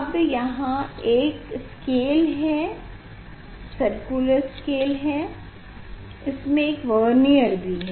अब यहाँ एक स्केल है ये सर्कुलर स्केल है और इसमें एक वर्नियर भी है